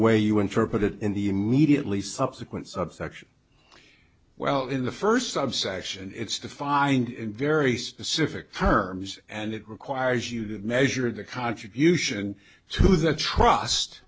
way you interpret it in the immediately subsequent subsection well in the first subsection it's defined in very specific terms and it requires you to measure the contribution to the trust